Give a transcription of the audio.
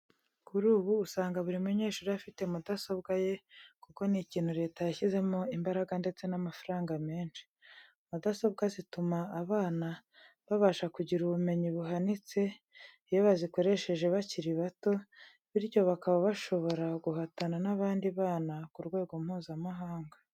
Kuri ubu usanga buri munyeshuri afite mudasobwa ye kuko ni ikintu Leta yashyizemo imbaraga ndetse n'amafaranga menshi. Mudasobwa zituma abana babasha kugira ubumenyi buhanitse iyo bazikoresheje bakiri bato, bityo bakaba bashobora guhatana n'abandi bana ku rwego Mpuzamahanga.